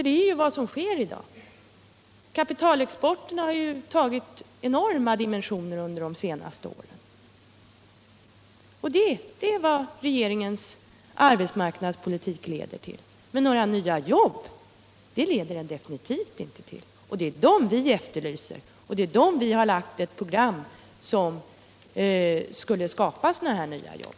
Det är ju vad som sker i dag — kapitalexporten har tagit enorma dimensioner under de senaste åren. Detta leder alltså regeringens arbetsmarknadspolitik till — men definitivt inte till några nya jobb. Och vad vi efterlyser och själva har lagt fram ett program för är just nya jobb.